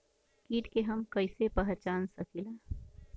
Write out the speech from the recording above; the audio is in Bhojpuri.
कीट के हम कईसे पहचान सकीला